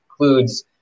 includes